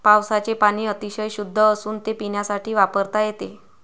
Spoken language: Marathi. पावसाचे पाणी अतिशय शुद्ध असून ते पिण्यासाठी वापरता येते